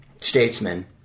statesman